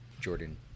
Jordan